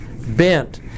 bent